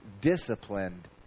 disciplined